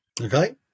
Okay